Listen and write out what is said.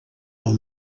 del